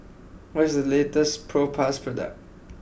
what is the latest Propass product